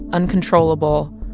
uncontrollable,